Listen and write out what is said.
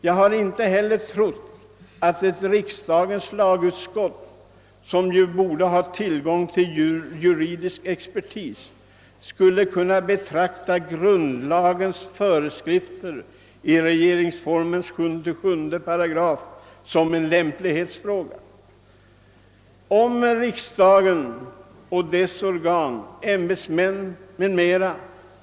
Jag hade icke heller trott att ett riksdagens lagutskott, som ju borde ha tillgång till juridisk expertis, skulle kunna betrakta grundlagens föreskrifter i regeringsformens § 77 som en lämplighetsfråga. Om riksdagen och dess organ, ämbetsmän etc.